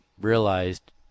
realized